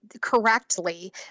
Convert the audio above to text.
correctly